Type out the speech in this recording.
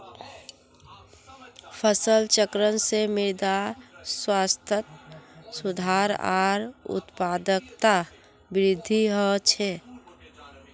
फसल चक्रण से मृदा स्वास्थ्यत सुधार आर उत्पादकतात वृद्धि ह छे